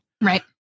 right